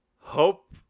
Hope